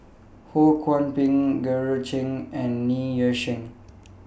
Ho Kwon Ping Georgette Chen and Ng Yi Sheng